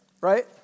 right